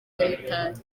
nyamitali